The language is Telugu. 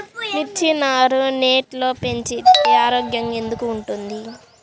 మిర్చి నారు నెట్లో పెంచితే ఆరోగ్యంగా ఎందుకు ఉంటుంది?